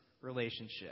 relationship